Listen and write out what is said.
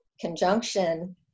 conjunction